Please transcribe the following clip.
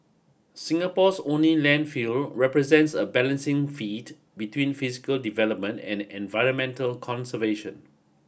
Singapore's only landfill represents a balancing feat between physical development and environmental conservation